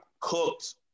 cooked